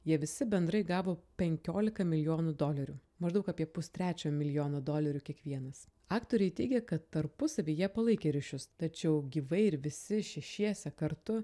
jie visi bendrai gavo penkiolika milijonų dolerių maždaug apie pustrečio milijono dolerių kiekvienas aktoriai teigė kad tarpusavy jie palaikė ryšius tačiau gyvai ir visi šešiese kartu